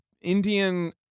Indian